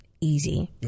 easy